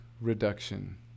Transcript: reduction